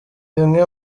bimwe